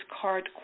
card